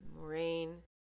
Moraine